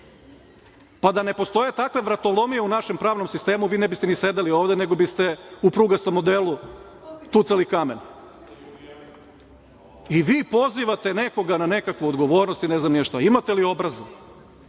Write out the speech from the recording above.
Pa da ne postoje takve vratolomije u našem pravnom sistemu, vi ne biste ni sedeli ovde, nego biste u prugastom odelu tucali kamen. I vi pozivate nekoga na nekakvu odgovornost i ne znam ni ja šta. Imate li obraza?